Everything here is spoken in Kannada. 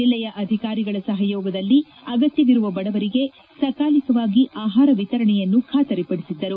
ಜಿಲ್ಲೆಯ ಅಧಿಕಾರಿಗಳ ಸಹಯೋಗದಲ್ಲಿ ಅಗತ್ಯವಿರುವ ಬಡವರಿಗೆ ಸಕಾಲಿಕವಾಗಿ ಆಹಾರ ವಿತರಣೆಯನ್ನು ಖಾತರಿಪದಿಸಿದ್ದರು